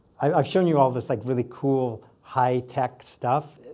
i've shown you all this like really cool, high-tech stuff,